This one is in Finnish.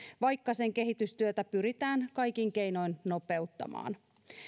vaikka sen kehitystyötä pyritään kaikin keinoin nopeuttamaan